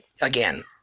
again